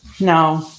No